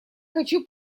хочу